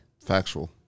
Factual